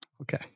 Okay